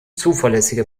zuverlässige